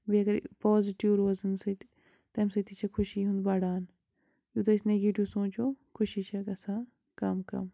بیٚیہِ گٔے پازِٹِو روزَن سۭتۍ تَمہِ سۭتۍ تہِ چھِ خوشی ہٕن بَڑان یوٗتاہ أسۍ نیٚگیٹِو سونٛچو خوشی چھےٚ گژھان کَم کَم